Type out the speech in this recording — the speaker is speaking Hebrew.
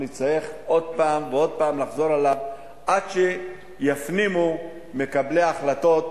אנחנו נצטרך עוד פעם ועוד פעם לחזור עליו עד שיפנימו מקבלי ההחלטות